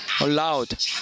allowed